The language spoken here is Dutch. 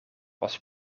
was